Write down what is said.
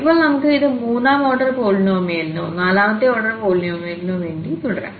ഇപ്പോൾ നമുക്ക് ഇത് മൂന്നാം ഓർഡർ പോളിനോമിയലിനോ നാലാമത്തെ ഓർഡർ പോളിനോമിയലിനോ വേണ്ടി തുടരാം